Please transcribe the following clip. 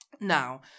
now